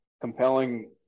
compelling